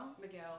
Miguel